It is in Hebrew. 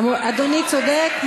אדוני צודק.